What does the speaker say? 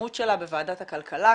להתקדמות שלה בוועדת הכלכלה,